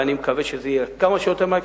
ואני מקווה שזה יהיה כמה שיותר מהר,